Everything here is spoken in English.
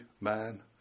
man